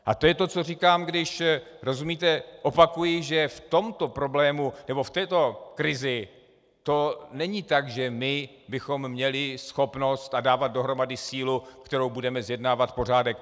A to je to, co říkám, když rozumíte, opakuji, že v tomto problému nebo v této krizi to není tak, že my bychom měli schopnost dávat dohromady sílu, kterou budeme zjednávat pořádek.